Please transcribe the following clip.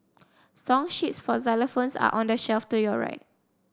song sheets for xylophones are on the shelf to your right